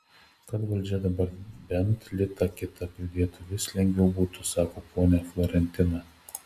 kad valdžia dabar bent litą kitą pridėtų vis lengviau būtų sako ponia florentina